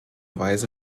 weise